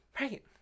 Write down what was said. Right